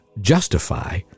justify